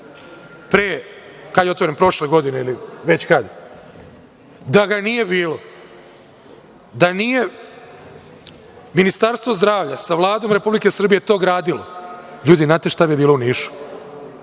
pre, kada je otvoren, prošle godine ili već kada, da ga nije bilo, da nije Ministarstvo zdravlja sa Vladom Republike Srbije to gradilo, ljudi da li znate šta bi bilo u